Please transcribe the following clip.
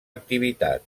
activitat